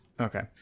Okay